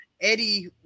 Eddie